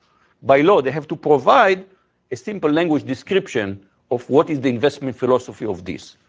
by law, they have to provide a simple language description of what is the investment philosophy of this.